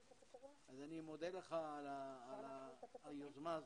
אני מודה לך על היוזמה הזאת,